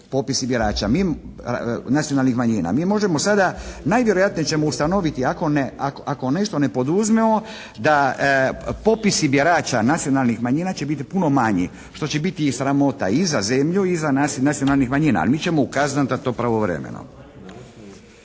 popisi birača nacionalnih manjina. Mi možemo sada, najvjerojatnije ćemo ustanoviti ako nešto ne poduzmemo da popisi birača nacionalnih manjina će biti puno manji što će biti i sramota i za zemlji i za nas i nacionalnih manjina, a mi ćemo ukazati na to pravovremeno.